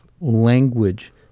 language